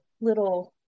little